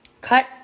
Cut